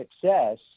success